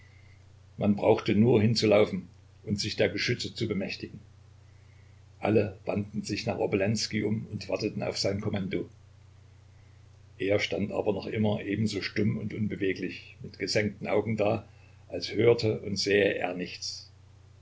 man brauchte nur hinzulaufen und sich der geschütze zu bemächtigen alle wandten sich nach obolenskij um und warteten auf sein kommando er stand aber noch immer ebenso stumm und unbeweglich mit gesenkten augen da als hörte und sähe er nichts